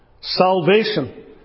salvation